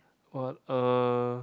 what uh